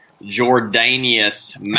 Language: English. Jordanius